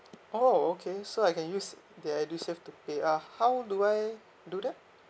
oh okay so I can use the edusave to pay uh how do I do that